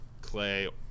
Clay